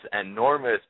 enormous